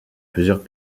plusieurs